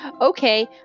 Okay